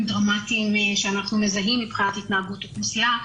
דרמטיים שאנחנו מזהים מבחינת התנהגות האוכלוסייה.